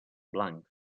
blancs